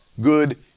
good